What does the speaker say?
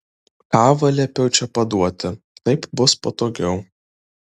kavą liepiau čia paduoti taip bus patogiau